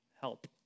help